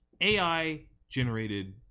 AI-generated